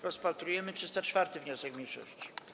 Rozpatrujemy 304. wniosek mniejszości.